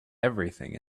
everything